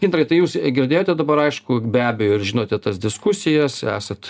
gintarai tai jūs girdėjote dabar aišku be abejo ir žinote tas diskusijas esat